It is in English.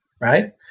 right